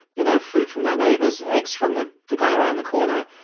you know, food from their neighbors, eggs from the the guy around the corner,